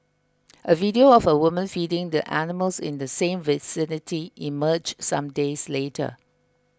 a video of a woman feeding the animals in the same vicinity emerged some days later